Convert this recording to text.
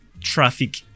traffic